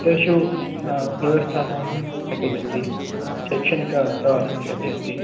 एतेषु देवस्थानां प्याकेज् अस्ति शैक्षनिक प्रवासस्य अपि अस्ति